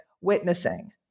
witnessing